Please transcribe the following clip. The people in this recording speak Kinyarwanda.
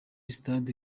sitade